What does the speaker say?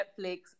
Netflix